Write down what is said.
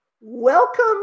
Welcome